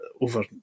over